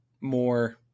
more